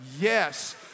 Yes